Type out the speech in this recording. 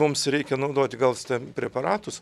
mums reikia naudoti galsten preparatus